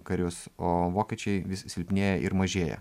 karius o vokiečiai vis silpnėja ir mažėja